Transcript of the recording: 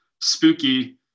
spooky